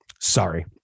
Sorry